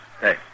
Hey